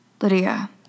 Lydia